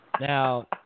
Now